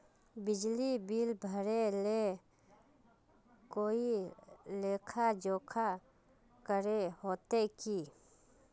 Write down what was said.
बिजली बिल भरे ले कोई लेखा जोखा करे होते की?